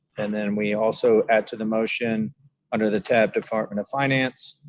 and then, we also add to the motion under the tab department of finance,